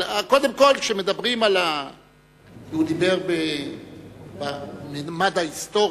הוא דיבר בממד ההיסטורי,